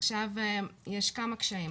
יש כמה קשיים,